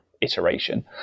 iteration